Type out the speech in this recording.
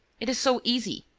it is so easy!